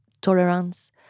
tolerance